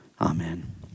Amen